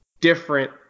different